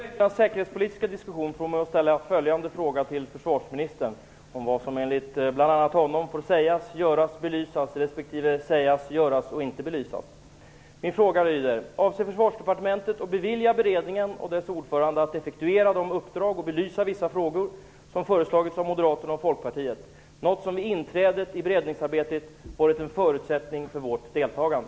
Herr talman! De senaste veckornas säkerhetpolitiska diskussion får mig att ställa en fråga till försvarsministern om vad som enligt bl.a. honom får sägas, göras och belysas respektive sägas, göras och inte belysas. Min fråga lyder: Avser Försvarsdepartementet att bevilja beredningen och dess ordförande att effektuera de uppdrag och belysa de frågor som föreslagits av Moderaterna och Folkpartiet - något som vid inträdet i beredningsarbetet varit en förutsättning för vårt deltagande?